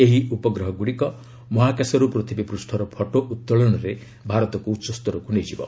ଏହି ଉପଗ୍ରହଗୁଡ଼ିକ ମହାକାଶରୁ ପୂଥିବୀପୃଷ୍ଠର ଫଟୋ ଉତ୍ତୋଳନରେ ଭାରତକୁ ଉଚ୍ଚସ୍ତରକୁ ନେଇଯିବ